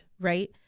Right